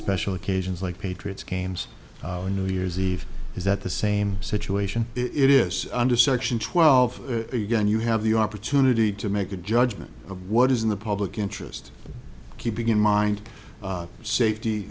special occasions like patriots games new year's eve is that the same situation it is under section twelve again you have the opportunity to make a judgment of what is in the public interest keeping in mind safety